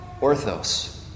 Orthos